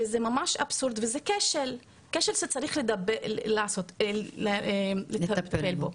וזה ממש אבסורד, וזה כשל, כשל שצריך לטפל בו.